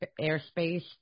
airspace